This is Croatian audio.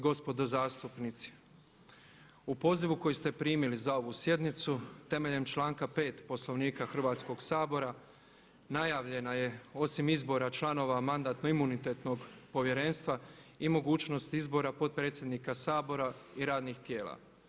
gospodo zastupnici, u pozivu koji ste primili za ovu sjednicu temeljem članka 5. Poslovnika Hrvatskog sabora najavljeno je osim izbora članova Mandatno-imunitetnog povjerenstva i mogućnost izbora potpredsjednika Sabora i radnih tijela.